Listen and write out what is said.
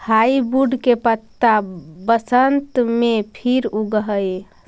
hardwood के पत्त्ता बसन्त में फिर उगऽ हई